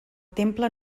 temple